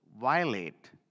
violate